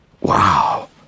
wow